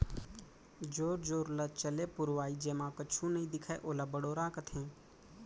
जोर जोर ल चले पुरवाई जेमा कुछु नइ दिखय ओला बड़ोरा कथें